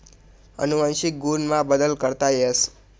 अनुवंशिक गुण मा बदल करता येस